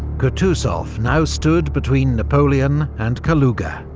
kutuzov now stood between napoleon and kaluga.